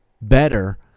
better